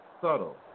subtle